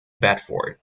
bedford